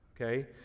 okay